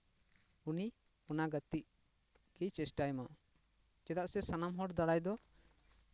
ᱩᱱᱤ ᱚᱱᱟ ᱜᱟᱛᱮᱜ ᱜᱮᱭ ᱪᱮᱥᱴᱟᱭ ᱢᱟ ᱪᱮᱫᱟᱜ ᱥᱮ ᱥᱟᱱᱟᱢ ᱦᱚᱲ ᱫᱟᱨᱟᱭ ᱫᱚ